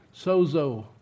sozo